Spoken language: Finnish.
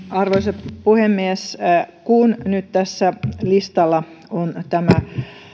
arvoisa puhemies kun nyt tässä listalla on tämä